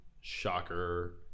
Shocker